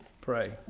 pray